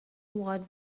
watt